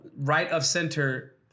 right-of-center